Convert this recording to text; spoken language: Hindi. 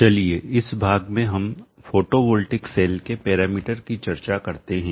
चलिए इस भाग में हम फोटोवोल्टिक सेल के पैरामीटर की चर्चा करते हैं